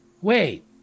wait